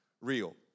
real